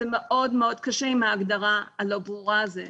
זה מאוד מאוד קשה עם ההגדרה הלא ברורה הזו,